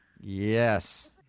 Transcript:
Yes